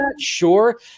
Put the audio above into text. sure